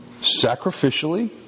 sacrificially